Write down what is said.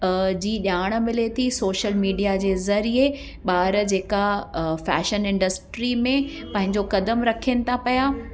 जी ॼाणु मिले थी सोशल मीडिया जे ज़रिए ॿार जेका फ़ैशन इंडस्ट्री में पंहिंजो कदम रखनि था पिया